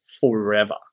forever